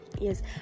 yes